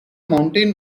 mountain